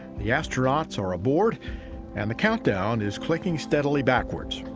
the astronauts are aboard and the countdown is clicking steadily backwards.